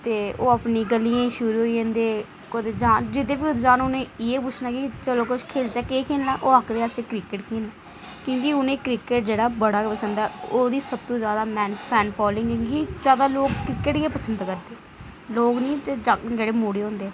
ते ओह् अपनियें गलियें च शुरू होई जंदे जेल्लै उनें कुदै जाना कि चलो कुदै खेलचै केह् खेल्लना ओह् आक्खदे असें क्रिकेट खेल्लना की के उनेंगी जेह्ड़ा क्रिकेट बड़ा गै पसंद ऐ ओह्दी सब तू जादा फैन फालोइंग ही जादा लोग क्रिकेट गी गै पसंद करदे लोग निं जागत जेह्ड़े मुड़े होंदे